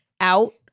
out